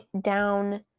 down